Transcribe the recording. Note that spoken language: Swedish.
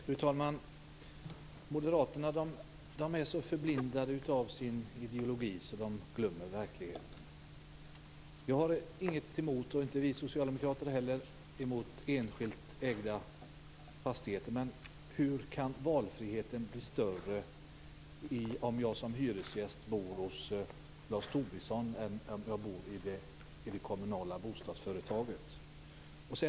Fru talman! Moderaterna är så förblindade av sin ideologi att de glömmer verkligheten. Vi socialdemokrater har ingenting emot enskilt ägda fastigheter, men jag undrar hur valfriheten kan bli större om jag som hyresgäst bor hos Lars Tobisson i stället för i det kommunala bostadsföretaget.